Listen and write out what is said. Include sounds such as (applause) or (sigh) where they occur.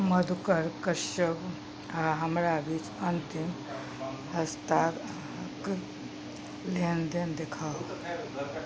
मधुकर कश्यप आओर हमरा बीच अन्तिम (unintelligible) लेनदेन देखाउ